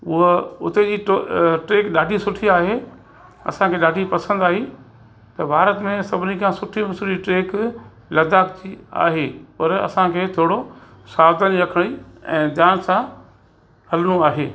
उहो उते जी टो ट्रिक ॾाढी सुठी आहे असांखे ॾाढी पसंदि आई त भारत में सभिनी खां सुठी में सुठी ट्रेक लद्दाख जी आहे पर असांखे थोरो सावधानी रखणी ऐं ध्यान सां हलणो आहे